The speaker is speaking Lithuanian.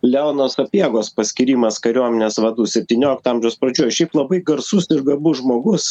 leono sapiegos paskyrimas kariuomenės vadu septyniolikto amžiaus pradžioj šiaip labai garsus ir garbus žmogus